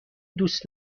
دوست